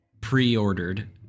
pre-ordered